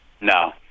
No